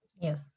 Yes